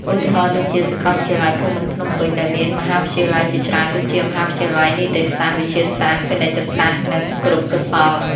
ឧទាហរណ៍ដូចជា សាកលវិទ្យាល័យភូមិន្ទភ្នំពេញ ដែលមានមហាវិទ្យាល័យជាច្រើនដូចជា មហាវិទ្យាល័យនីតិសាស្ត្រ វិទ្យាសាស្ត្រ ពាណិជ្ជសាស្រ្ត និងគរុកោសល្យ។